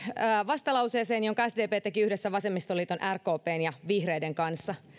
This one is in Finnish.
vastalauseeseen jonka sdp teki yhdessä vasemmistoliiton rkpn ja vihreiden kanssa